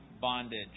bondage